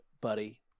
buddy